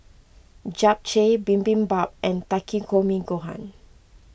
Japchae Bibimbap and Takikomi Gohan